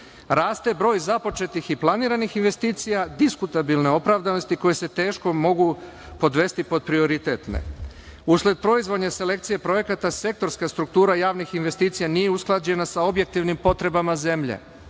Raste broj započetih i planiranih investicija diskutabilne opravdanosti koje se teško mogu podvesti pod prioritetne. Usred proizvodne selekcije projekata sektorska struktura javnih investicija nije usklađena sa objektivnim potrebama zemlje.